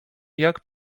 jak